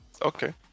okay